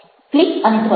clip અને ધ્વનિ